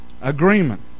agreement